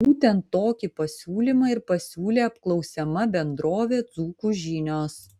būtent tokį pasiūlymą ir pasiūlė apklausiama bendrovė dzūkų žinios